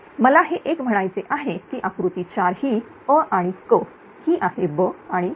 मला हे एक म्हणायचे आहे की आकृती 4 ही a आणि c ही आहे b आणि d